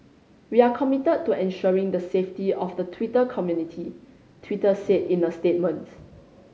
we are committed to ensuring the safety of the Twitter community Twitter said in a statement